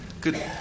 Good